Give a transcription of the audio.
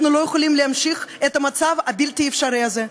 אנחנו לא יכולים להמשיך את המצב הבלתי-אפשרי הזה.